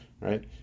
right